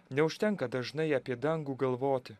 neužtenka dažnai apie dangų galvoti